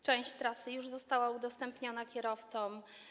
Część trasy już została udostępniona kierowcom.